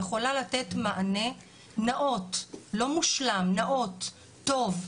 יכולה לתת מענה נאות, לא מושלם, נאות, טוב,